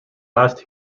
last